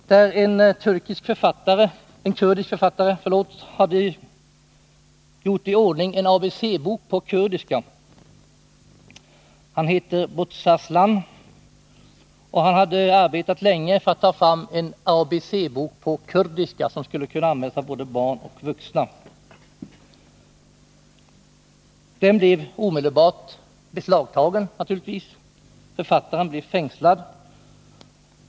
En kurdisk författare vid namn Bozarslan hade gjort i ordning en ABC-bok på kurdiska. Han hade arbetat länge för att ta fram en ABC-bok på kurdiska som skulle kunna användas av både barn och vuxna. Boken blev naturligtvis omedelbart beslagtagen, och författaren blev fängslad.